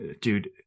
dude